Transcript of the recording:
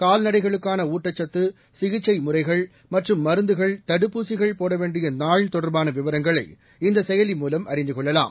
கால்நடைகளுக்கான ஊட்டச்சத்து சிகிச்சை முறைகள் மற்றும் மருந்துகள் தடுப்பூசிகள் போட வேண்டிய நாள் தொடர்பான விவரங்களை இந்த செயலி மூலம் அறிந்து கொள்ளலாம்